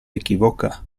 equivoca